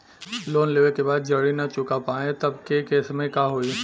Loan लेवे के बाद जड़ी ना चुका पाएं तब के केसमे का होई?